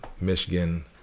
Michigan